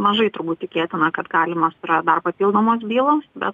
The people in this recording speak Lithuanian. mažai turbūt tikėtina kad galimos yra dar papildomos bylos bet